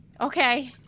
Okay